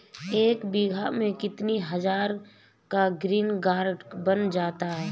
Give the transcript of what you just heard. एक बीघा में कितनी हज़ार का ग्रीनकार्ड बन जाता है?